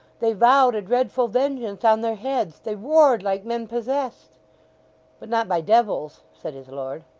they vowed a dreadful vengeance on their heads, they roared like men possessed but not by devils said his lord.